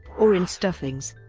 or in stuffings.